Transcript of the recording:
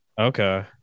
okay